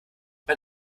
mit